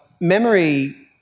memory